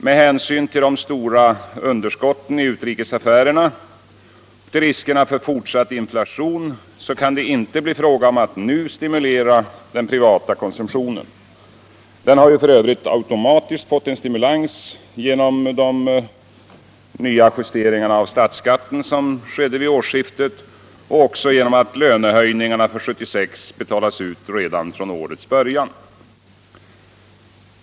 Med hänsyn till det stora underskottet i utrikesaffärerna och riskerna för fortsatt inflation kan det inte bli fråga om att nu stimulera den privata konsumtionen. Denna har ju för övrigt automatiskt fått en stimulans genom de nya justeringar av statsskatten som skett nu vid årsskiftet och genom att löneförhöjningarna för 1976 betalas ut redan från årets början.